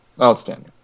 Outstanding